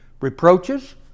Reproaches